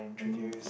mmhmm